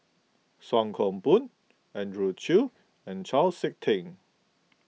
Song Koon Poh Andrew Chew and Chau Sik Ting